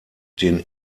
den